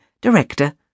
Director